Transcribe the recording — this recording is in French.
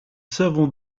savons